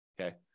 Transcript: okay